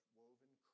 woven